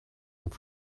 and